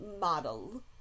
model